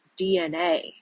DNA